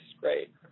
great